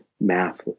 math